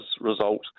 result